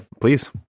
please